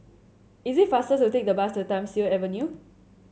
is it faster to take the bus to Thiam Siew Avenue